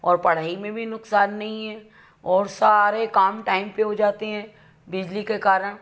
और पढ़ाई में भी नुकसान नहीं है और सारे काम टाइम पर हो जाते हैं बिजली के कारण